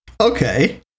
okay